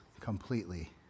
completely